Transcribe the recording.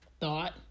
thought